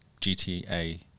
GTA